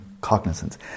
cognizance